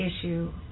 issue